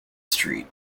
street